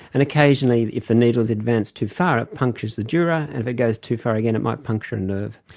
and occasionally if the needle has advanced too far it punctures the dura, and if it goes too far again it might puncture a nerve.